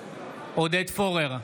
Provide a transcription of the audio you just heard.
עודד פורר,